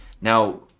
now